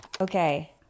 Okay